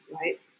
right